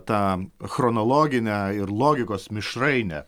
tą chronologinę ir logikos mišrainę